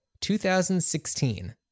2016